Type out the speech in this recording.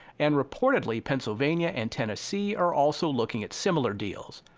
and reportedly pennsylvania and tennessee are also looking at similar deals.